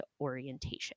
orientation